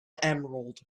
emerald